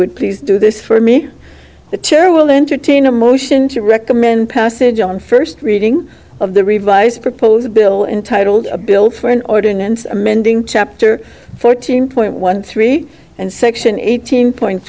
would please do this for me the chair will entertain a motion to recommend passage on first reading of the revised proposed bill entitled a bill for an ordinance amending chapter fourteen point one three and section eighteen point